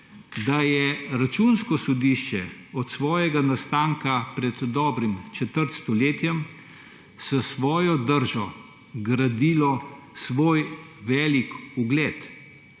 da je Računsko sodišče od svojega nastanka pred dobrim četrtstoletjem s svojo držo gradilo svoj veliki ugled,